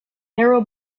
narrow